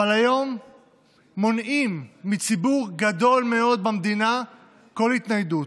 אבל היום מונעים מציבור גדול מאוד במדינה כל התניידות.